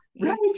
Right